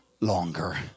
longer